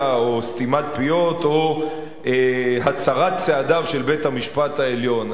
או סתימת פיות או הצרת צעדיו של בית-המשפט העליון.